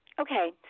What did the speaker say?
Okay